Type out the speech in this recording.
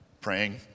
praying